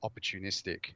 opportunistic